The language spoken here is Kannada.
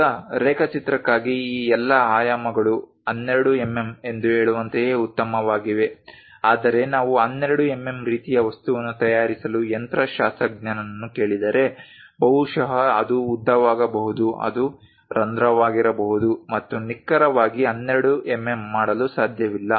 ಈಗ ರೇಖಾಚಿತ್ರಕ್ಕಾಗಿ ಈ ಎಲ್ಲಾ ಆಯಾಮಗಳು 12 ಎಂಎಂ ಎಂದು ಹೇಳುವಂತೆಯೇ ಉತ್ತಮವಾಗಿವೆ ಆದರೆ ನಾವು 12 ಎಂಎಂ ರೀತಿಯ ವಸ್ತುವನ್ನು ತಯಾರಿಸಲು ಯಂತ್ರಶಾಸ್ತ್ರಜ್ಞನನ್ನು ಕೇಳಿದರೆ ಬಹುಶಃ ಅದು ಉದ್ದವಾಗಬಹುದು ಅದು ರಂಧ್ರವಾಗಿರಬಹುದು ಮತ್ತು ನಿಖರವಾಗಿ 12 ಎಂಎಂ ಮಾಡಲು ಸಾಧ್ಯವಿಲ್ಲ